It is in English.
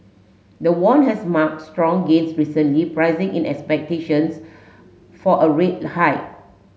the won has marked strong gains recently pricing in expectations for a rate hike